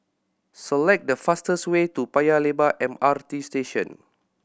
select the fastest way to Paya Lebar M R T Station